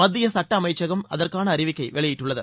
மத்திய சுட்ட அமைச்சகம் இதற்கான அறிவிக்கை வெளியிட்டுள்ளது